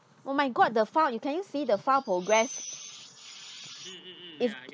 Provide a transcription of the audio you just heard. oh my god the file you can you see the file progress if